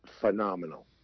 phenomenal